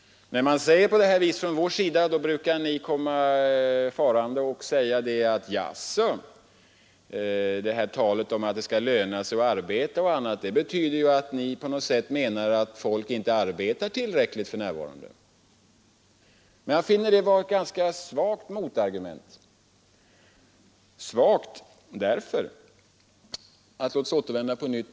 När vi framhåller detta brukar ni säga: Jaså, då måste talet om att det skall löna sig att arbeta betyda att ni menar att folk inte arbetar tillräckligt för närvarande. Om vi återvänder till nyföretagandet, finner jag detta vara ett ganska svagt motargument.